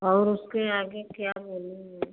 और उसके आगे क्या बोलूँ मैं